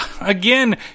Again